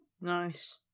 Nice